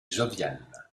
jovial